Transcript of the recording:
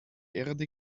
erde